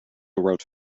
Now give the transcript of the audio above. wrote